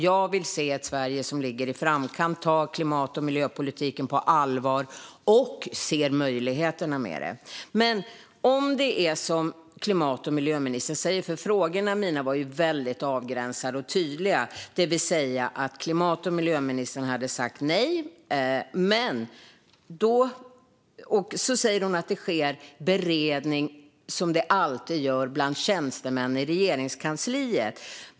Jag vill se ett Sverige som ligger i framkant, tar klimat och miljöpolitiken på allvar och ser möjligheterna med det. Mina frågor var avgränsade och tydliga. Klimat och miljöministern sa först: Nej, Sverigedemokraterna är inte med. Sedan säger hon att det sker beredning, som alltid, bland tjänstemän i Regeringskansliet.